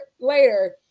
later